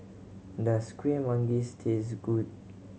does Kueh Manggis taste good